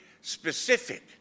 specific